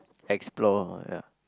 explore ya